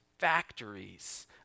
factories